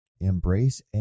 Embrace